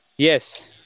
Yes